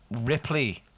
Ripley